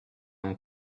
ont